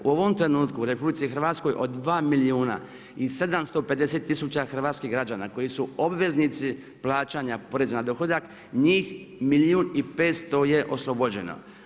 U ovom trenutku u RH od 2 milijuna i 750 tisuća hrvatskih građana koji su obveznici plaćanja poreza na dohodak, njih milijuna i 500 je oslobođeno.